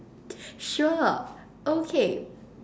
sure okay